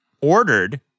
ordered